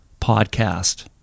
podcast